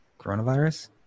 Coronavirus